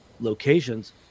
locations